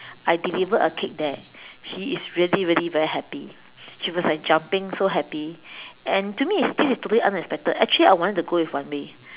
I delivered a cake there she is really really very happy she was like jumping so happy and to me it's this is totally unexpected actually I wanted to go with Wan-Mei